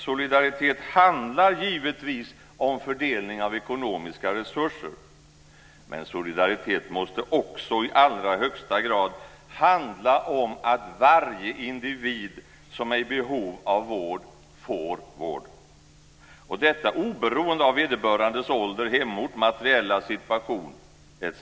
Solidaritet handlar givetvis om fördelning av ekonomiska resurser. Men solidaritet måste också i allra högsta grad handla om att varje individ som är i behov av vård får vård; detta oberoende av vederbörandes ålder, hemort, materiella situation etc.